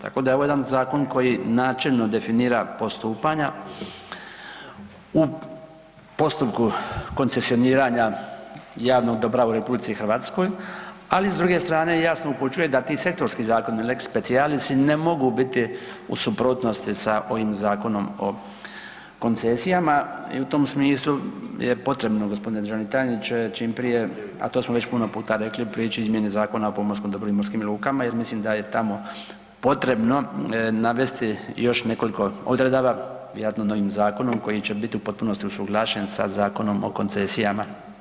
Tako da je ovo jedan zakon koji načelno definira postupanja u postupku koncesioniranja javnog dobra u RH, ali s druge strane jasno upućuje da ti sektorski zakoni lex specialis i ne mogu biti u suprotnosti sa ovim Zakonom o koncesijama i u tom smislu je potrebno gospodine državni tajniče čim prije, a to smo već puno puta rekli, preć izmjene Zakona o pomorskom dobru i morskim lukama jer mislim da je tamo potrebno navesti još nekoliko odredaba, vjerojatno novim zakonom koji će bit u potpunosti usuglašen sa Zakonom o koncesijama.